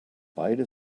beide